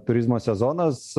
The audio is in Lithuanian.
turizmo sezonas